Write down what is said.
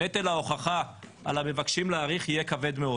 נטל ההוכחה על המבקשים להאריך יהיה כבד מאוד.